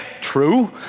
True